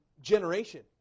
generation